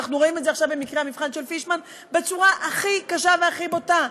אנחנו רואים את זה במקרה המבחן של פישמן בצורה הכי קשה והכי בוטה.